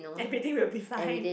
everything will be fine